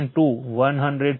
2 156